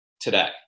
today